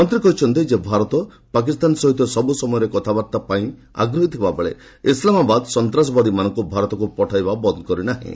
ମନ୍ତ୍ରୀ କହିଛନ୍ତି ଭାରତ ପାକିସ୍ତାନ ସହିତ ସବୁ ସମୟରେ କଥାବାର୍ତ୍ତା ପାଇଁ ଆଗହୀ ଥିବାବେଳେ ଇସ୍ଲାମାବାଦ ସନ୍ତାସବାଦୀମାନଙ୍କୁ ଭାରତକୁ ପଠାଇବା ବନ୍ଦ କରିନାହିଁ